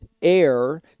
air